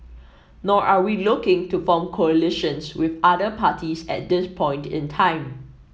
nor are we looking to form coalitions with other parties at this point in time